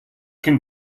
can